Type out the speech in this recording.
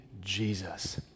Jesus